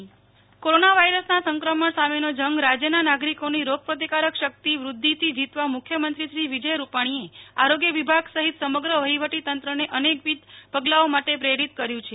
નેહલ ઠક્કર મુખ્યમંત્રી આયુર્વેદ દવા કોરોના વાયરસના સંક્રમણ સામેનો જંગ રાજ્યના નાગરિકોની રોગપ્રતિકારક શકિત વ્રદ્વિથી જીતવા મુખ્યમંત્રી શ્રી વિજયભાઇ રૂપાણીએ આરોગ્ય વિભાગ સહિત સમગ્ર વહિવટીતંત્રને અનેકવિધ પગલાંઓ માટે પ્રેરિત કર્યુ છે